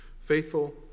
faithful